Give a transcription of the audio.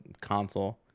console